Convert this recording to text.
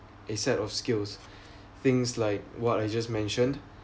a set of skills things like what I just mentioned